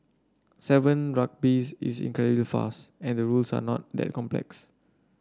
Seven Rugby's is incredibly fast and the rules are not that complex